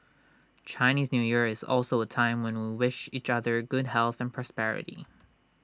Chinese New Year is also A time when we wish each other good health and prosperity